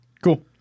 Cool